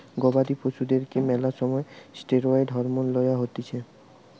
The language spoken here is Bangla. গবাদি পশুদেরকে ম্যালা সময় ষ্টিরৈড হরমোন লওয়া হতিছে